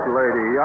lady